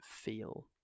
feel